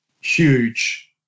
huge